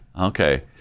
Okay